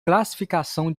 classificação